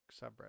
subreddit